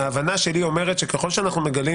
ההבנה שלי אומרת שככל שאנחנו מגלים